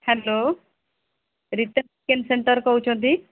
hello Rita chicken centre କହୁଛନ୍ତି